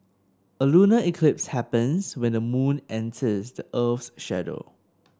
a lunar eclipse happens when the moon enters the earth's shadow